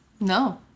No